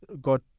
God